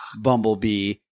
Bumblebee